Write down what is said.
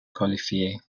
qualifiés